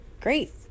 great